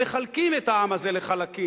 והם מחלקים את העם הזה לחלקים,